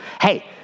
Hey